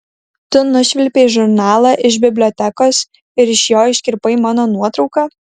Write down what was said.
tu nušvilpei žurnalą iš bibliotekos ir iš jo iškirpai mano nuotrauką